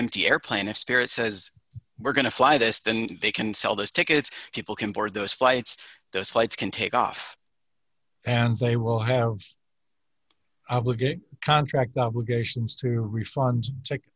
empty airplane a spirit says we're going to fly this then they can sell those tickets people can board those flights those flights can take off and they will have obligated contract obligations to refund